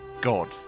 God